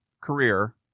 career